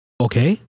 Okay